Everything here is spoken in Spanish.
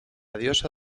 diosa